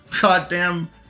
goddamn